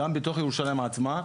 גם בתוך ירושלים עצמה,